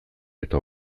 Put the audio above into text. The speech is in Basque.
eta